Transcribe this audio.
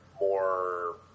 more